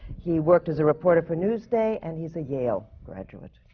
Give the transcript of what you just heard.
he worked as a reporter for newsday, and he's a yale graduate.